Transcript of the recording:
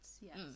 yes